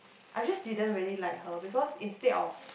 I just didn't really like her because instead of